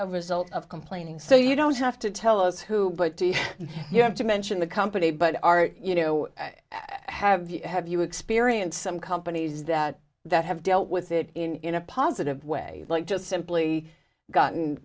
a result of complaining so you don't have to tell us who but you have to mention the company but our you know have you have you experienced some companies that that have dealt with it in a positive way like just simply gotten